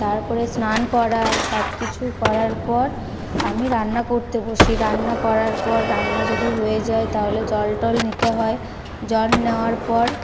তারপরে স্নান করা সব কিছু করার পর আমি রান্না করতে বসি রান্না করার পর রান্না যদি হয়ে যায় তাহলে জল টল নিতে হয় জল নেওয়ার পর